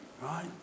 right